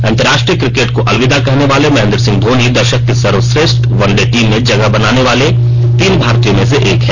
अंतरराश्ट्रीय cricket को अलविदा कहने वाले महेन्द्र सिंह धोनी द ाक की सर्वश्रेश्ठ वन डे टीम में जगह बनाने वाले तीन भारतीयों में से एक हैं